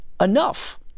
enough